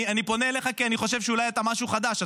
אני פונה אליך כי אני חושב שאולי אתה משהו חדש.